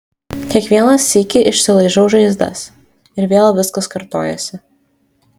kiekvieną sykį išsilaižau žaizdas ir vėl viskas kartojasi